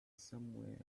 somewhere